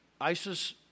ISIS